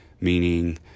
Meaning